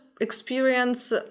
experience